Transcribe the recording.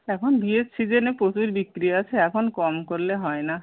এখন বিয়ের সিজেনে প্রচুর বিক্রি আছে এখন কম করলে হয় না